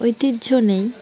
ঐতিহ্য নেই